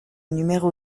numéro